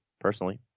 personally